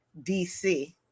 DC